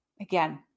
Again